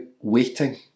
waiting